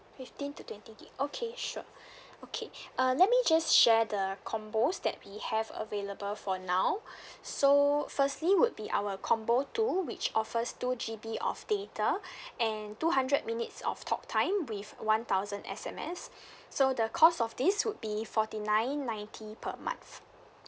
fifteen to twenty gig okay sure okay uh let me just share the combos that we have available for now so firstly would be our combo two which offers two G_B of data and two hundred minutes of talk time with one thousand S_M_S so the cost of this would be forty nine ninety per month